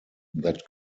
that